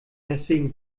deswegen